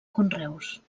conreus